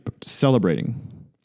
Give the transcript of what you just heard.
celebrating